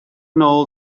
nôl